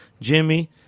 Jimmy